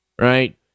right